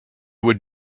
would